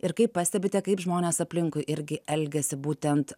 ir kaip pastebite kaip žmonės aplinkui irgi elgiasi būtent